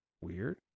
weird